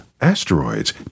asteroids